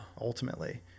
Ultimately